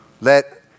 Let